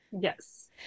Yes